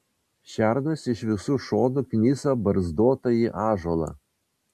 šernas iš visų šonų knisa barzdotąjį ąžuolą